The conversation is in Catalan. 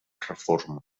reforma